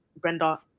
Brenda